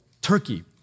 Turkey